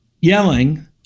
yelling